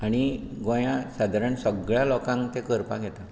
आनी गोंयांत सादारण सगळ्या लोकांक ते करपाक येता